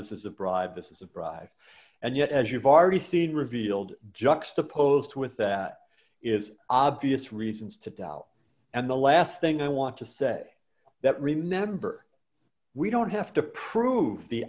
this is a bribe this is a drive and yet as you've already seen revealed juxtaposed with that is obvious reasons to doubt and the last thing i want to say that remember we don't have to prove the